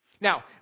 Now